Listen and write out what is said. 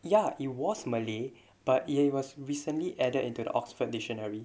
ya it was merely but he was recently added into the oxford dictionary